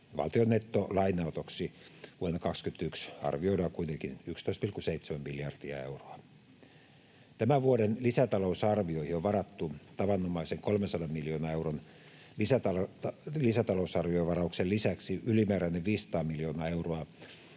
Valtion nettolainanotoksi vuonna 21 arvioidaan kuitenkin 11,7 miljardia euroa. Tämän vuoden lisätalousarvioihin on varattu tavanomaisen 300 miljoonan euron lisätalousarviovarauksen lisäksi ylimääräinen 500 miljoonaa euroa